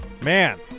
man